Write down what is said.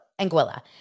Anguilla